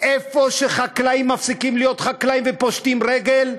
חקלאים שם מפסיקים להיות חקלאים ופושטים רגל,